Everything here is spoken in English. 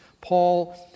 Paul